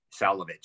Salovich